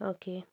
okay